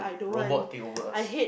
robot take over us